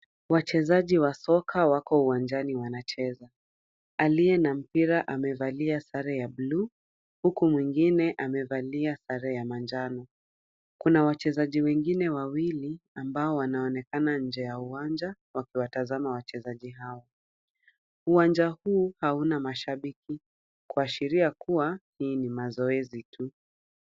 Wachezaji wa soka wako uwanjani wanacheza. Aliye na mpira amevalia sare ya buluu huku mwengine amevalia manjano. Kuna wachezaji wengine wawili ambao wanaonekana nje ya uwanja wakiwatazama wachezaji hawa. Uwanja huu hauna mashabiki kuashiria kuwa hii ni mazoezi tu.